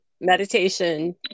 meditation